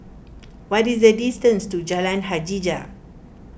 what is the distance to Jalan Hajijah